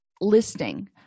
listing